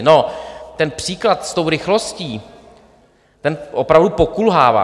No, ten příklad s rychlostí, ten opravdu pokulhává.